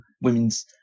women's